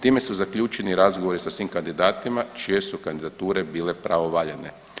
Time su zaključeni razgovori sa svim kandidatima čije su kandidature bile pravovaljane.